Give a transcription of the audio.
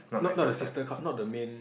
not not the system not the main